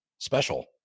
special